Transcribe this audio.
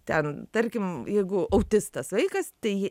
ten tarkim jeigu autistas vaikas tai